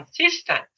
consistent